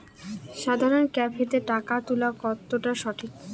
সাধারণ ক্যাফেতে টাকা তুলা কতটা সঠিক?